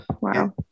wow